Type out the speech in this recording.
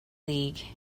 league